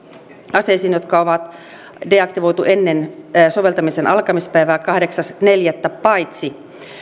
aseisiin jotka on deaktivoitu ennen soveltamisen alkamispäivää kahdeksas neljättä kaksituhattakuusitoista paitsi